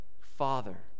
Father